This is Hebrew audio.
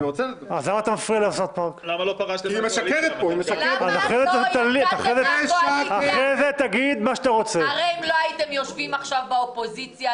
הייתם יושבים עכשיו באופוזיציה,